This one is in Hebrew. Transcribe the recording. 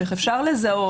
של איך אפשר לזהות,